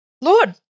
Lord